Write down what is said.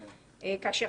כאשר,